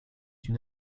une